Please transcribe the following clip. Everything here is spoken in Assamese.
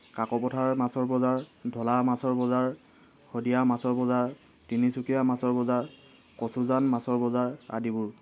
কাক'পথাৰ মাছৰ বজাৰ ঢলা মাছৰ বজাৰ শদিয়া মাছৰ বজাৰ তিনিচুকীয়া মাছৰ বজাৰ কচুজান মাছৰ বজাৰ আদিবোৰ